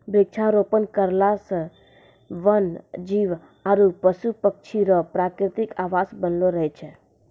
वृक्षारोपण करला से वन जीब आरु पशु पक्षी रो प्रकृतिक आवास बनलो रहै छै